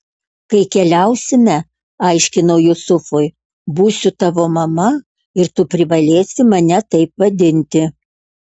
kai keliausime aiškinau jusufui būsiu tavo mama ir tu privalėsi mane taip vadinti